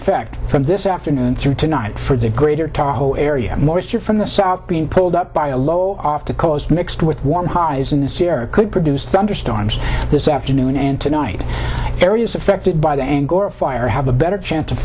effect from this afternoon through tonight for the greater toronto area moisture from the south being pulled up by a low off the coast mixed with warm highs in the sierra could produce thunderstorms this afternoon and tonight areas affected by the angora fire have a better chance of